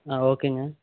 ஆ ஓகேங்க